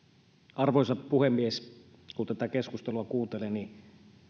puhemies kun tätä keskustelua kuuntelee niin